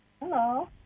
Hello